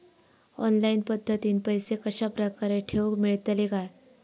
Online पद्धतीन पैसे कश्या प्रकारे ठेऊक मेळतले काय?